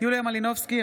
יוליה מלינובסקי,